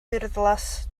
wyrddlas